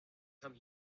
come